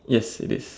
yes it is